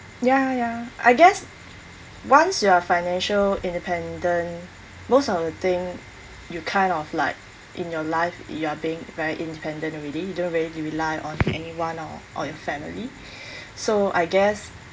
ya ya I guess once you are financial independent most of the thing you kind of like in your life you are being very independent already don't really rely on anyone or or your family so I guess